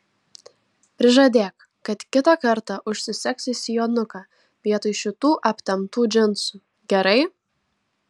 prižadėk kad kitą kartą užsisegsi sijonuką vietoj šitų aptemptų džinsų gerai